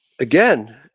again